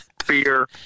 fear